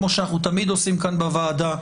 כמו שאנחנו תמיד עושים כאן בוועדה,